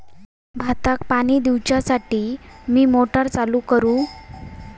भाताक पाणी दिवच्यासाठी मी मोटर चालू करू?